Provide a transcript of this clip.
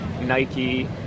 Nike